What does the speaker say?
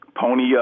pony